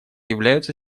являются